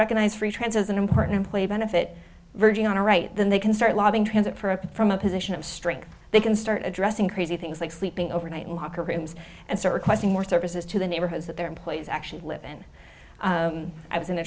recognize free trances an important player benefit verging on a right then they can start lobbing transit for a from a position of strength they can start addressing crazy things like sleeping overnight in locker rooms and sir question more services to the neighborhoods that their employees actually live in i was in the